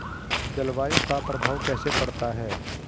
जलवायु का प्रभाव कैसे पड़ता है?